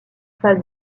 face